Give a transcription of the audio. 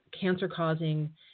cancer-causing